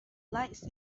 lights